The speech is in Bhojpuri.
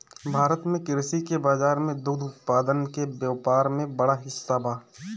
भारत में कृषि के बाजार में दुग्ध उत्पादन के व्यापार क बड़ा हिस्सा बा